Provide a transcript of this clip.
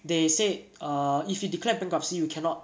they said err if you declare bankruptcy you cannot